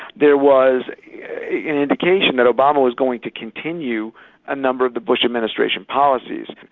there was an indication that obama was going to continue a number of the bush administration policies.